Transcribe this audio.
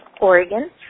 Oregon